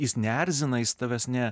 jis neerzina jis tavęs ne